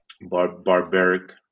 barbaric